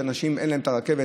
כי לאנשים אין את הרכבת,